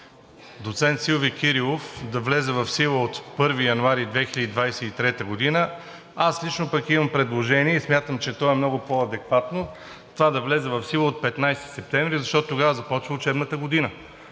доцент Силви Кирилов да влезе в сила от 1 януари 2023 г., аз лично пък имам предложение и смятам, че то е много по-адекватно това да влезе в сила от 15 септември, защото тогава започва учебната година.